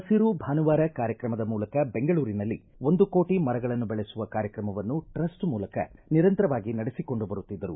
ಹಸಿರು ಭಾನುವಾರ ಕಾರ್ಯಕ್ರಮದ ಮೂಲಕ ಬೆಂಗಳೂರಿನಲ್ಲಿ ಒಂದು ಕೋಟಿ ಮರಗಳನ್ನು ಬೆಳೆಸುವ ಕಾರ್ಯಕ್ರಮವನ್ನು ಟ್ರಸ್ಟ್ ಮೂಲಕ ನಿರಂತರವಾಗಿ ನಡೆಸಿಕೊಂಡು ಬರುತ್ತಿದ್ದರು